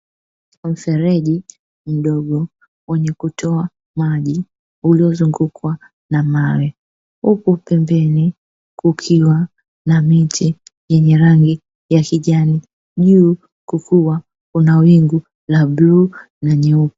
Mfereji mdogo wenye kutoa maji, uliozungukwa na mawe, huku pembeni kukiwa na miti yenye rangi ya kijani, juu kukiwa kuna wingu la bluu na nyeupe.